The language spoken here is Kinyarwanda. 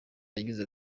yagize